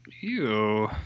Ew